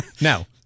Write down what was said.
Now